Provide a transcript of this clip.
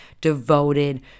devoted